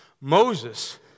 Moses